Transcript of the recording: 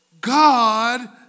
God